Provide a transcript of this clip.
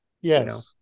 Yes